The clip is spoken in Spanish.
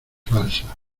falsa